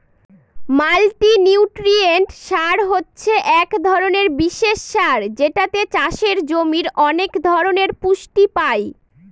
multinutrient সার হছে এক ধরনের বিশেষ সার যেটাতে চাষের জমির অনেক ধরনের পুষ্টি পাই